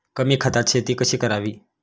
कमी खतात शेती कशी करावी?